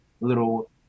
little